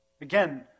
Again